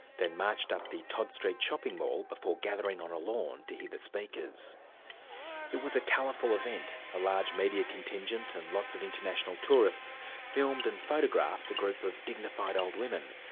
then marched up the todd street shopping mall before gathering on a lawn to hear the speakers. it was a colourful event a large media contingent and lots of international tourists filmed and photographed a group of dignified old women,